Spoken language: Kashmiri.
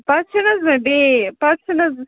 پتہٕ چھِنہٕ حظ مےٚ بیٚیہِ پتہٕ چھِنہٕ حظ